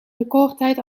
recordtijd